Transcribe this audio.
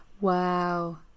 Wow